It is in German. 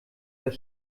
das